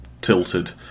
tilted